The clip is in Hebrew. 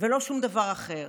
ולא שום דבר אחר.